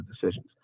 decisions